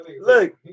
Look